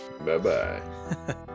Bye-bye